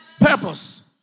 Purpose